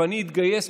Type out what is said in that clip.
ואני אתגייס,